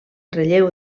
relleu